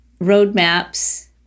roadmaps